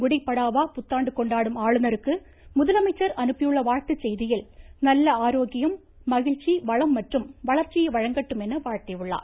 குடிபடாவா புத்தாண்டு கொண்டாடும் ஆளுநருக்கு முதலமைச்சர் அனுப்பியுள்ள வாழ்த்துச் செய்தியில் நல்ல ஆரோக்கியம் மகிழ்ச்சி வளம் மற்றும் வளர்ச்சியை வழங்கட்டும் என வாழ்த்தியுள்ளார்